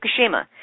Fukushima